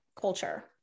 culture